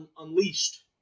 Unleashed